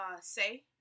say